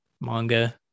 manga